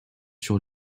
sur